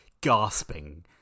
Gasping